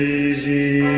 easy